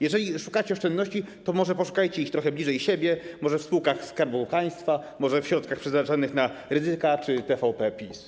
Jeżeli szukacie oszczędności, to może poszukajcie ich trochę bliżej siebie, może w spółkach Skarbu Państwa, może w środkach przeznaczonych na Rydzyka czy TVP PiS.